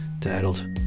titled